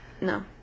no